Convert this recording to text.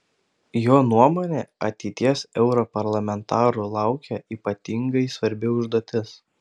jo nuomone ateities europarlamentarų laukia ypatingai svarbi užduotis